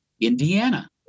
Indiana